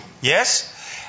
yes